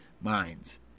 minds